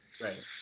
right